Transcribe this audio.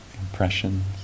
impressions